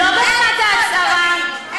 לא ברמת ההצהרה,